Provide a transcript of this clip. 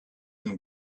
and